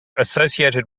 associated